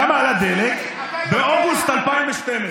כמה עלה דלק באוגוסט 2012?